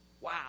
Wow